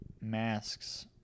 masks